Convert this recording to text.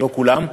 לא כולם.